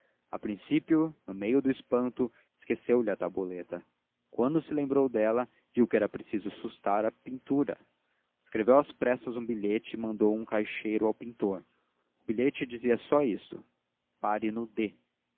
a princípio no meio do espanto esqueceu lhe a tabuleta quando se lembrou dela viu que era preciso sustar a pintura escreveu às pressas um bilhete e mandou um caixeiro ao pintor o bilhete dizia só isto pare no d